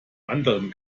anderen